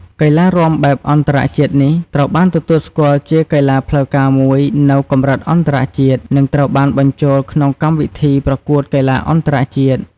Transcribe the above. កីឡារាំបែបអន្តរជាតិនេះត្រូវបានទទួលស្គាល់ជាកីឡាផ្លូវការមួយនៅកម្រិតអន្តរជាតិ និងត្រូវបានបញ្ចូលក្នុងកម្មវិធីប្រកួតកីឡាអន្តរជាតិ។